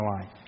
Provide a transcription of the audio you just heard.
life